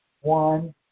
one